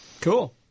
Cool